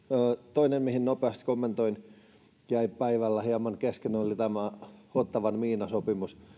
toinen mihin nopeasti kommentoin ja mikä jäi päivällä hieman kesken on tämä ottawan miinasopimus